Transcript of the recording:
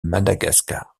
madagascar